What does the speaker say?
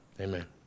Amen